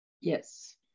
Yes